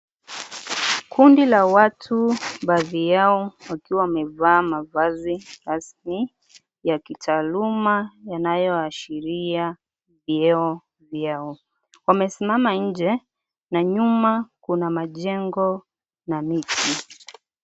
Kundi la watu baadhi yao wakiwa wamevaa mavazi rasmi, ya kitaaluma yanayoashiria vyeo vyao, wamesimama nje na nyuma kuna majengo na miti.